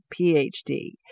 PhD